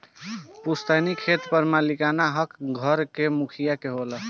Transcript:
पुस्तैनी खेत पर मालिकाना हक घर के मुखिया के होला